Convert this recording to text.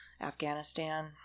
afghanistan